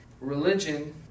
religion